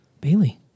Bailey